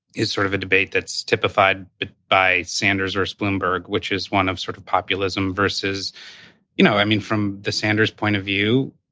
is sort of a debate that's typified by sanders versus bloomberg, which is one of sort of populism versus you know, i mean from the sanders point of view,